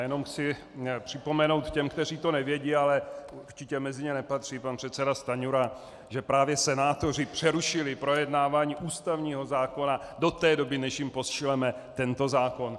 Já jenom chci připomenout těm, kteří to nevědí, ale určitě mezi ně nepatří pan předseda Stanjura, že právě senátoři přerušili projednávání ústavního zákona do té doby, než jim pošleme tento zákon.